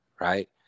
Right